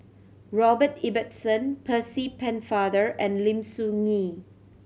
Robert Ibbetson Percy Pennefather and Lim Soo Ngee